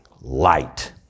light